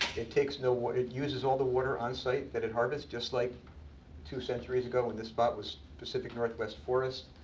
it takes no water it uses all the water on-site that it harvests, just like two centuries ago when this spot was pacific northwest forest.